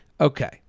Okay